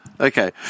Okay